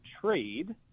trade